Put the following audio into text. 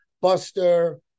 Buster